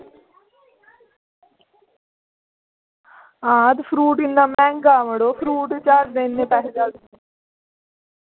हां फ्रूट इन्ना मैंह्गा मड़ो फ्रूट चाढ़दे